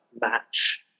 match